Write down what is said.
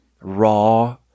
raw